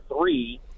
three